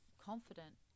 confident